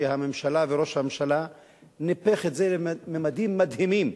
שהממשלה וראש הממשלה ניפחו את זה לממדים מדהימים.